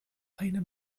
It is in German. eine